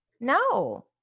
No